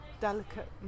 delicate